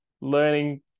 learning